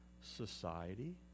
society